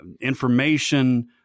information